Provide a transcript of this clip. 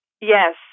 Yes